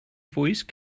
voice